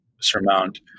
surmount